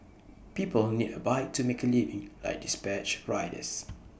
people need A bike to make A living like dispatch riders